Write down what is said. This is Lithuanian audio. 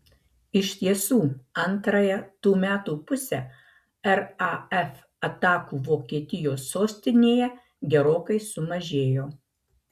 iš tiesų antrąją tų metų pusę raf atakų vokietijos sostinėje gerokai sumažėjo